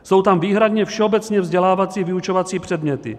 Jsou tam výhradně všeobecně vzdělávací vyučovací předměty.